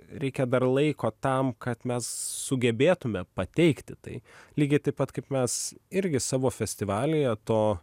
reikia dar laiko tam kad mes sugebėtume pateikti tai lygiai taip pat kaip mes irgi savo festivalyje to